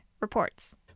reports